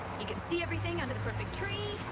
you can see everything under the perfect tree.